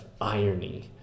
irony